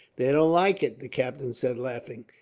they don't like it, the captain said, laughing.